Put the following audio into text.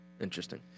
Interesting